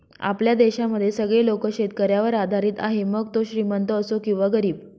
आपल्या देशामध्ये सगळे लोक शेतकऱ्यावर आधारित आहे, मग तो श्रीमंत असो किंवा गरीब